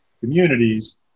communities